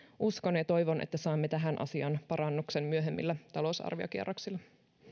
uskon ja toivon että saamme tähän asiaan parannuksen myöhemmillä talousarviokierroksilla